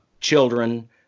children